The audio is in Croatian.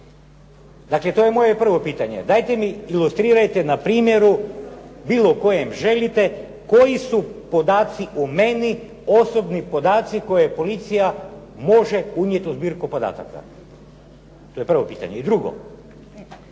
Dakle, to je moje prvo pitanje. Dajte mi ilustrirajte na primjeru, bilo kojem želite, koji su podaci o meni osobni podaci koje policija može unijeti u zbirku podataka? To je prvo pitanje. I drugo,